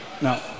No